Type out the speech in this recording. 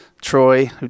Troy